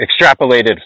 extrapolated